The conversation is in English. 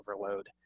overload